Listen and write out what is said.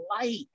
light